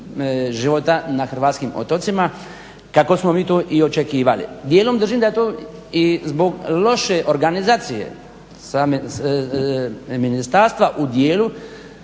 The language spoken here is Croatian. života na hrvatskim otocima kako smo mi to i očekivali. Dijelim držim da je to i zbog loše organizacije ministarstva u dijelu